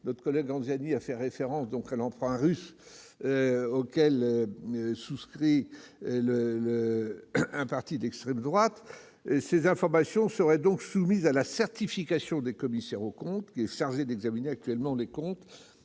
Alain Anziani a ainsi fait référence à l'emprunt russe souscrit par un parti d'extrême droite. Ces informations seraient soumises à la certification des commissaires aux comptes chargés d'examiner actuellement les comptes